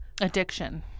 addiction